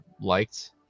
liked